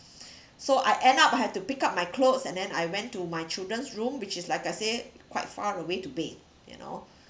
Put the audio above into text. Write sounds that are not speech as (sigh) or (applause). (breath) so I end up I had to pick up my clothes and then I went to my children's room which is like I say quite far away to bathe you know